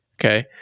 okay